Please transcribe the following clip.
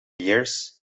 years